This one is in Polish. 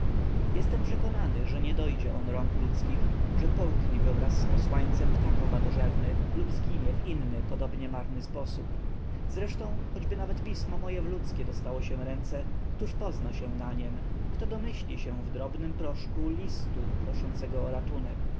jestem przekonany że nie dojdzie on rąk ludzkich że połknie go wraz z posłańcem ptak owadożerny lub zginie w inny podobnie marny sposób zresztą choćby nawet pismo moje w ludzkie dostało się ręce któż pozna się na niem kto domyśli się w drobnym proszku listu proszącego o ratunek